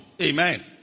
Amen